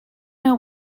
know